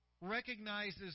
recognizes